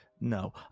No